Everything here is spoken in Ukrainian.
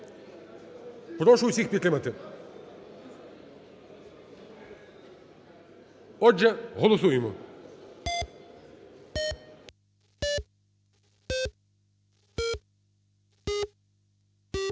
Прошу всіх підтримати. Отже, голосуємо.